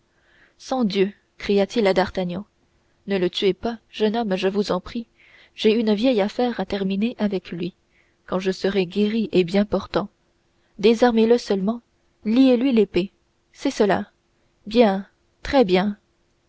sangdieu criait-il à d'artagnan ne le tuez pas jeune homme je vous en prie j'ai une vieille affaire à terminer avec lui quand je serai guéri et bien portant désarmez le seulement liez lui l'épée c'est cela bien très bien